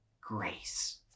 grace